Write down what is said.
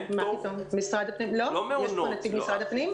יש פה נציג של משרד הפנים?